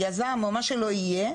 היזם או מה שלא יהיה,